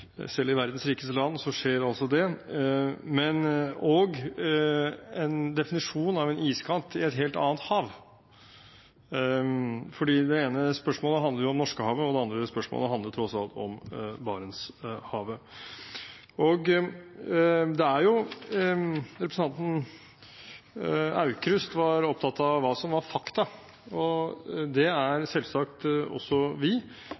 selv i verdens rikeste land skjer det – og en definisjon av en iskant i et helt annet hav. Det ene spørsmålet handler om Norskehavet, og det andre handler tross alt om Barentshavet. Representanten Aukrust var opptatt av hva som var fakta. Det er selvsagt også vi,